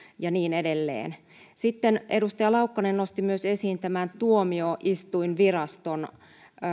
ja niin edelleen sitten edustaja laukkanen nosti esiin myös tämän tuomioistuinviraston